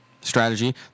strategy